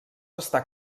està